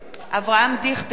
אברהם דיכטר,